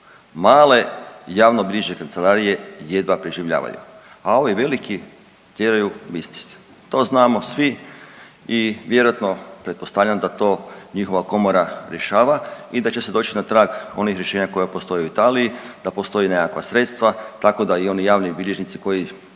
Male javnobilježničke kancelarije jedva preživljavaju, a ovi veliki tjeraju biznis, to znamo svi i vjerojatno pretpostavljam da to njihova komora rješava i da će se doći na trag onih rješenja koja postoje u Italiji da postoje nekakva sredstva tako da i oni javni bilježnici koji